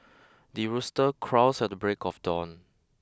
the rooster crows at the break of dawn